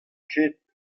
ket